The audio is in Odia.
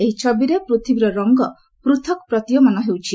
ଏହି ଛବିରେ ପୃଥିବୀର ରଙ୍ଗ ପୃଥକ୍ ପ୍ରତୀୟମାନ ହେଉଛି